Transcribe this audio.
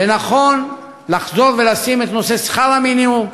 ונכון לחזור ולשים את נושא שכר המינימום,